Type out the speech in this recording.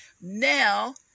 Now